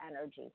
energy